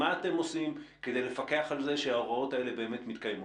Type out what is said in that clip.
מה אתם עושים כדי לפקח על זה שההוראות האלה באמת מתקיימות?